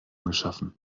geschaffen